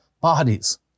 bodies